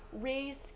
raised